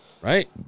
right